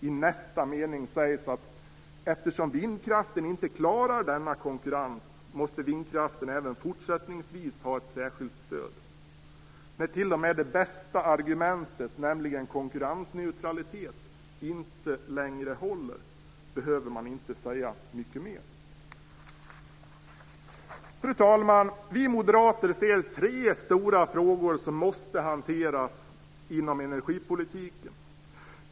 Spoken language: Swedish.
I nästa mening sägs det att eftersom vindkraften inte klarar denna konkurrens måste vindkraften även fortsättningsvis ha ett särskilt stöd. När t.o.m. det bästa argumentet, nämligen konkurrensneutralitet, inte längre håller behöver man inte säga mycket mer. Fru talman! Vi moderater ser tre stora frågor som måste hanteras inom energipolitiken.